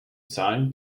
zahlen